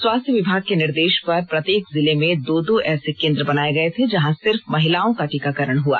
स्वास्थ्य विभाग के निर्देश पर प्रत्येक जिले में दो दो ऐसे केंद्र बनाए गए थे जहां सिर्फ महिलाओं का टीकाकरण हुआ